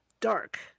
dark